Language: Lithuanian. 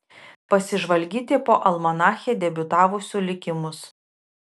pasižvalgyti po almanache debiutavusių likimus